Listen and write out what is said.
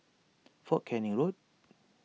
fort Canning Road